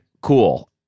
cool